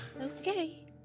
Okay